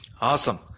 Awesome